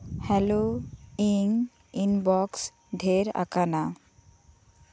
hello ᱤᱧ inbox ᱰᱷᱮᱨ ᱟᱠᱟᱱᱟ